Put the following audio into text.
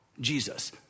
Jesus